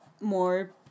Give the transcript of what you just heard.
more